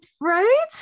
right